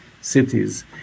cities